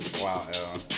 Wow